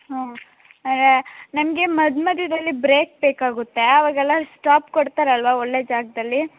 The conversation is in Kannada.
ಹ್ಞೂ ಅಂದರೆ ನಮಗೆ ಮಧ್ಯ ಮಧ್ಯದಲ್ಲಿ ಬ್ರೇಕ್ ಬೇಕಾಗುತ್ತೆ ಅವಾಗೆಲ್ಲ ಸ್ಟಾಪ್ ಕೊಡ್ತಾರಲ್ವಾ ಒಳ್ಳೆಯ ಜಾಗದಲ್ಲಿ